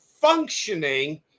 functioning